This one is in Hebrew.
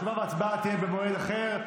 תשובה והצבעה יהיו במועד אחר,